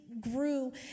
grew